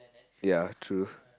ya true